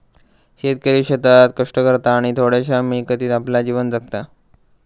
शेतकरी शेतात कष्ट करता आणि थोड्याशा मिळकतीत आपला जीवन जगता